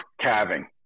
calving